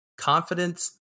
confidence